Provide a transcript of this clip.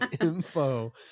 info